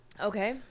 okay